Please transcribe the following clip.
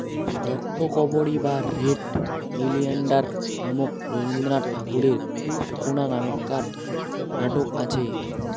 রক্তকরবী বা red oleander নামক রবীন্দ্রনাথ ঠাকুরের এ্যাকনা নামেক্কার নাটক আচে